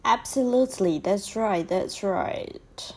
absolutely that's right that's right